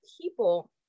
people